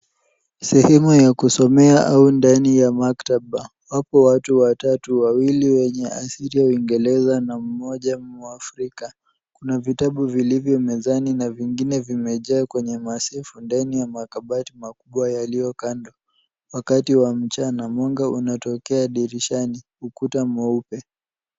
Sehemu ya kusomea au ndani ya maktaba. Wapo watu watatu, wawili wenye asili ya uingereza na mmoja mwafrika. Kuna vitabu vilivyo mezani na vingine vimejaa kwenye masafu ndani ya makabati makubwa yaliyo kando. Wakati wa mchana. Mwanga unatokea dirishani. Ukuta mweupe.